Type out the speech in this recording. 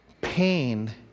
pain